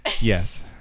Yes